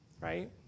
right